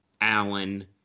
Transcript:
Allen